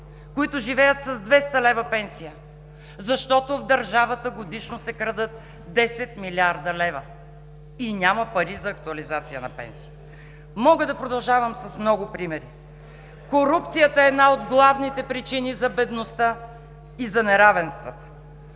които живеят с 200 лв. пенсия, защото в държавата годишно се крадат 10 млрд. лв. и няма пари за актуализация на пенсиите. Мога да продължавам с много примери. Корупцията е една от главните причини за бедността и за неравенствата.